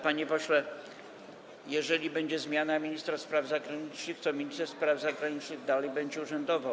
Panie pośle, nawet jeżeli będzie zmiana ministra spraw zagranicznych, to minister spraw zagranicznych dalej będzie urzędował.